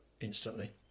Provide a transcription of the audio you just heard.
instantly